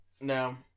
No